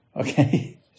Okay